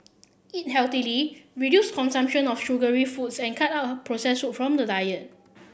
eat healthily reduce consumption of sugary foods and cut out processed food from the diet